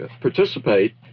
participate